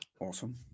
Awesome